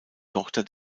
tochter